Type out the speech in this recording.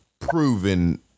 proven